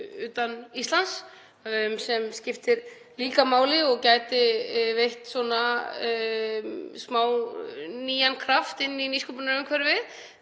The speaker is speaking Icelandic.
utan Íslands sem skiptir líka máli og gæti veitt smá nýjan kraft inn í nýsköpunarumhverfið,